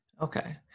okay